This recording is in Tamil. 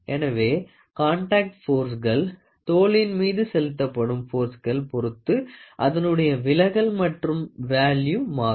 எனவே காண்டாக்ட் போர்ஸகள் தோலின் மீது செலுத்தப்படும் போர்ஸகள் பொருத்து அதனுடைய விலகல் மற்றும் வேல்லியு மாறும்